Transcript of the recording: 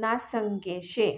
ना संगे शे